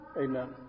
amen